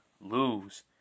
lose